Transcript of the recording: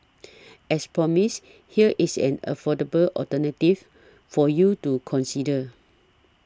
as promised here is an affordable alternative for you to consider